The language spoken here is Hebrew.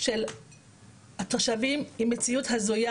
של התושבים היא מציאות הזויה